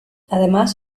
además